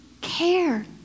care